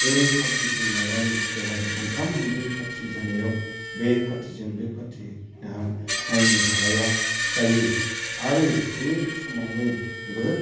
दिनै पार्टिखौ लानानै जोंहा मोनथाम मोनब्रै पार्टि जानायाव बे पार्टिजों बे पार्टि जोंहा नायनो हालाया जायो आरो बे समावनो जोबोद